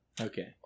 Okay